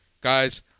Guys